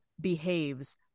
behaves